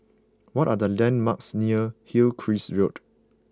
what are the landmarks near Hillcrest Road